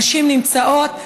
נשים נמצאות.